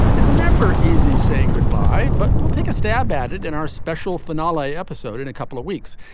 it's never easy saying goodbye. but we'll take a stab at it in our special finale episode in a couple of weeks.